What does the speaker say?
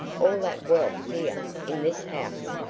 all that wealth here in this house!